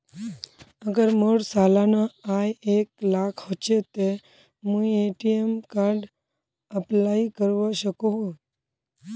अगर मोर सालाना आय एक लाख होचे ते मुई ए.टी.एम कार्ड अप्लाई करवा सकोहो ही?